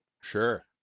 Sure